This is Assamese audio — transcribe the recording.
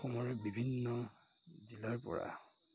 অসমৰ বিভিন্ন জিলাৰ পৰা